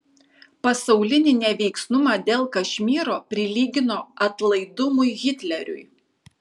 pasaulinį neveiksnumą dėl kašmyro prilygino atlaidumui hitleriui